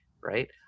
Right